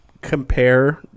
compare